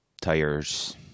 tires